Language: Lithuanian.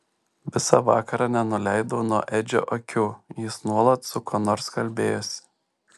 visą vakarą nenuleidau nuo edžio akių jis nuolat su kuo nors kalbėjosi